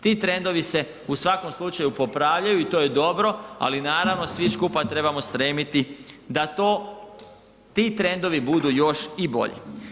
Ti trendovi se u svakom slučaju popravljaju i to je dobro, ali naravno svi skupa trebamo stremiti da ti trendovi budu još i bolji.